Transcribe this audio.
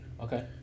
Okay